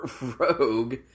Rogue